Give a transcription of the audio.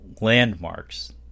landmarks